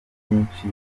byinshi